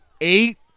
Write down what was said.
eight